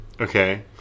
Okay